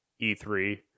E3